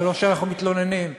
ולא שאנחנו מתלוננים,